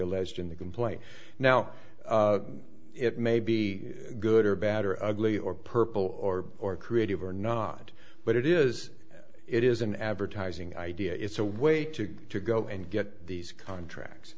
alleged in the complaint now it may be good or bad or ugly or purple or or creative or not but it is it is an advertising idea it's a way to go and get these contracts